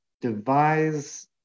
devise